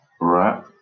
Right